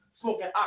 Smoking